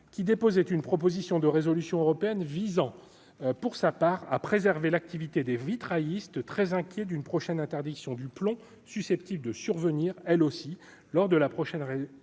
qui déposait une proposition de résolution européenne visant, pour sa part à préserver l'activité des vitrailliste très inquiets d'une prochaine interdiction du plomb susceptible de survenir, elle aussi, lors de la prochaine révision